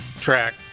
track